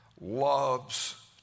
loves